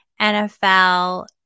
NFL